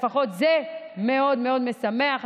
לפחות זה מאוד מאוד משמח.